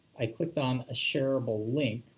i clicked on a shareable link,